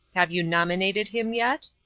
have you nominated him yet?